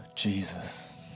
Jesus